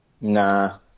Nah